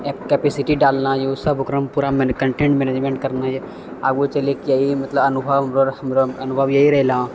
capacity डालना हइ ओसब ओकरामे पूरा कन्टेन्ट मैनेजमेन्ट करना हइ आगू चलिके इएह मतलब अनुभव हमरा अनुभव इएह रहलै